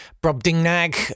Brobdingnag